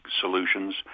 solutions